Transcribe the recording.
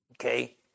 Okay